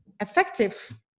effective